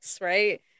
right